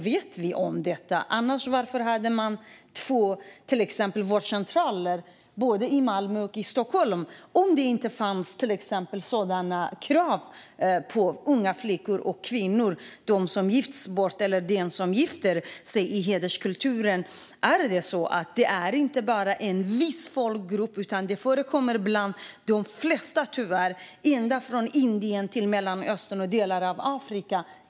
Varför hade man annars utfört kontroller på två vårdcentraler, en i Malmö och en i Stockholm, om man inte haft ett sådant krav på unga flickor och kvinnor, de som gifts bort eller gifter sig i hederskulturen? Det förekommer inte bara i en viss folkgrupp, utan det förekommer tyvärr bland de flesta, ända från Indien till Mellanöstern och delar av Afrika.